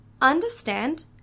understand